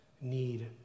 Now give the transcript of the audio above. need